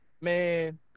Man